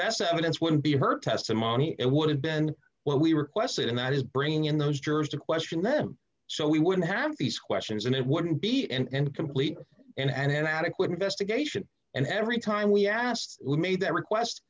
best evidence would be her testimony it would have been well we requested and that is bringing in those jurors to question them so we wouldn't have these questions and it wouldn't be and complete and inadequate investigation and every time we asked we made that request